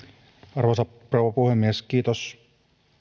arvoisa rouva puhemies kiitos